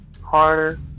harder